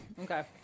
Okay